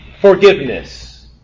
forgiveness